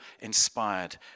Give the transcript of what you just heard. inspired